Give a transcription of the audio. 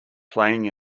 playing